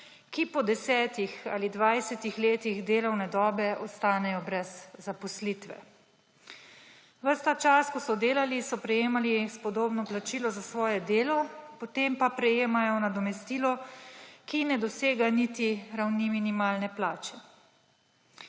ki po 10-ih ali 20-ih letih delovne dobe ostanejo brez zaposlitve. Ves ta čas, ko so delali, so prejemali spodobno plačilo za svoje delo, potem pa prejemajo nadomestilo, ki ne dosega niti ravni minimalne plače.